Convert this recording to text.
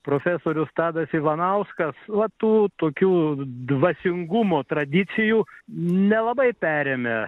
profesorius tadas ivanauskas va tų tokių dvasingumo tradicijų nelabai perėmė